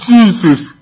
Jesus